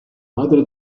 padre